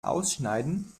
ausschneiden